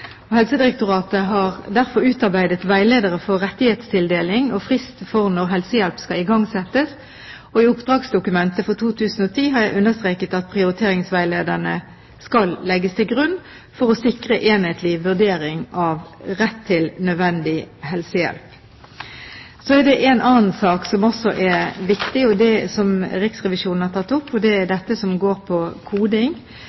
regioner. Helsedirektoratet har derfor utarbeidet veiledere for rettighetstildeling og frist for når helsehjelp skal igangsettes, og i oppdragsdokumentet for 2010 har jeg understreket at prioriteringsveilederne skal legges til grunn for å sikre enhetlig vurdering av rett til nødvendig helsehjelp. Det er en annen sak som også er viktig, som Riksrevisjonen har tatt opp, og det er